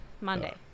Monday